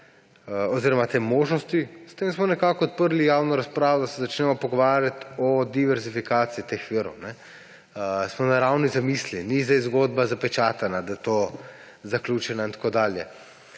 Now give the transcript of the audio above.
oziroma te možnosti – s tem smo nekako odprli javno razpravo, da se začnemo pogovarjati o diverzifikaciji teh virov. Smo na ravni zamisli, ni zdaj zgodba zapečatena, zaključena in tako dalje.